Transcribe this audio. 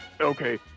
Okay